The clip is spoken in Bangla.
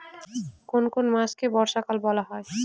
কোন কোন মাসকে বর্ষাকাল বলা হয়?